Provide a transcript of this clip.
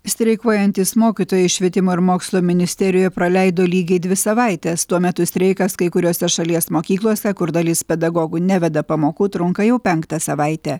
streikuojantys mokytojai švietimo ir mokslo ministerijoje praleido lygiai dvi savaites tuo metu streikas kai kuriose šalies mokyklose kur dalis pedagogų neveda pamokų trunka jau penktą savaitę